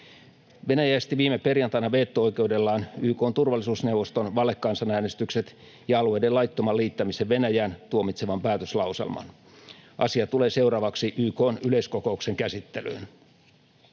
Venäjä esti viime perjantaina veto-oikeudellaan YK:n turvallisuusneuvoston valekan-sanäänestykset ja alueiden laittoman liittämisen Venäjään tuomitsevan päätöslauselman. Asia tulee seuraavaksi YK:n yleiskokouksen käsittelyyn.